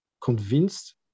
convinced